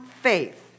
faith